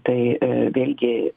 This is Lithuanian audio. tai vėlgi